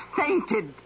fainted